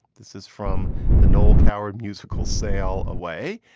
this is from the noel coward musical sail away.